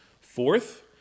Fourth